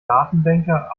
datenbänker